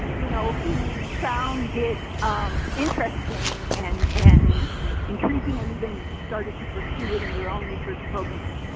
you know, who found it um interesting and and intriguing and even started to pursue it in their own research programs.